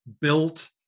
built